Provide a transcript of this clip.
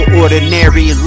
ordinary